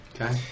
Okay